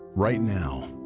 right now,